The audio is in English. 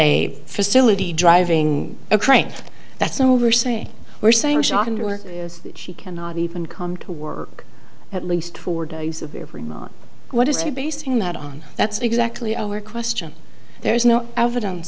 a facility driving a crank that's over saying or saying shot and or that she cannot even come to work at least four days of every month what is he basing that on that's exactly our question there is no evidence